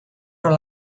però